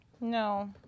No